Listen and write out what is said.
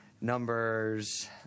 numbers